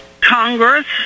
Congress